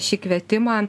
šį kvietimą